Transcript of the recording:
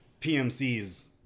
PMCs